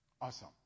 awesome